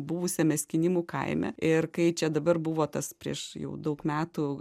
buvusiame skynimų kaime ir kai čia dabar buvo tas prieš jau daug metų